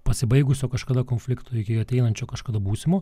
pasibaigusio kažkada konflikto iki ateinančio kažkada būsimo